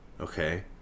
Okay